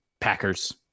Packers